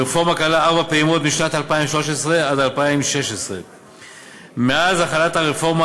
הרפורמה כללה ארבע פעימות משנת 2013 עד 2016. מאז החלת הרפורמה